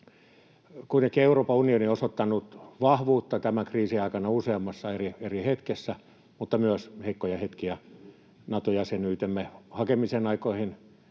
Kuitenkin Euroopan unioni on osoittanut vahvuutta tämän kriisin aikana useammassa eri hetkessä, mutta on ollut myös heikkoja hetkiä: Nato-jäsenyytemme hakemisen aikoihin